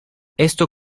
esto